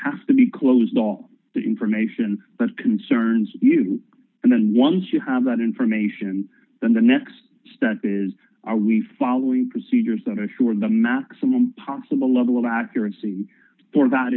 have to be closed all the information that concerns you and then once you have that information then the next step is are we following procedures that are sure the maximum possible level of accuracy for that